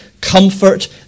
comfort